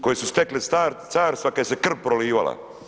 Koji su stekli carstva kad je krv prolivala.